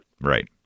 Right